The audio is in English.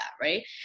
right